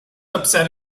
upset